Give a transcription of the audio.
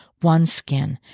OneSkin